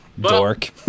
dork